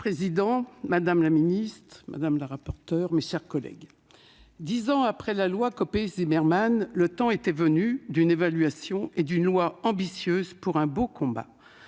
Monsieur le président, madame la ministre, mes chers collègues, dix ans après la loi Copé-Zimmermann, le temps était venu d'une évaluation et d'une loi ambitieuse pour un beau combat